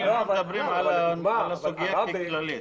מדברים על הסוגיה באופן כללי.